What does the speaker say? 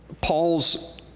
Paul's